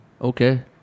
Okay